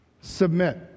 submit